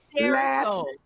last